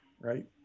right